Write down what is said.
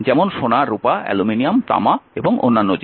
যেমন সোনা রূপা অ্যালুমিনিয়াম তামা এবং অন্যান্য জিনিস